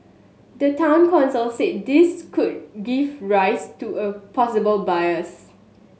the Town Council said this could give rise to a possible bias